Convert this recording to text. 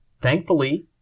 thankfully